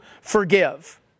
forgive